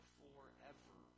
forever